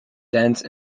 dense